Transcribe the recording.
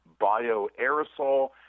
bioaerosol